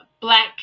black